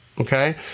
Okay